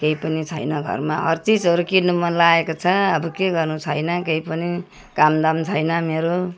केही पनि छैन घरमा हर चिजहरू किन्नु मनलागेको छ अब के गर्नु छैन केही पनि कामदाम छैन मेरो